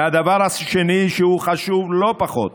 הדבר השני, שהוא חשוב לא פחות,